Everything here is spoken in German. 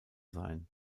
sein